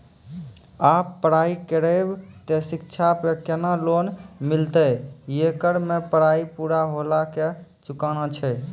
आप पराई करेव ते शिक्षा पे केना लोन मिलते येकर मे पराई पुरा होला के चुकाना छै?